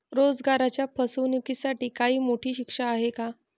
रोजगाराच्या फसवणुकीसाठी काही मोठी शिक्षा आहे का?